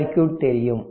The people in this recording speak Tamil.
சர்க்யூட் தெரியும்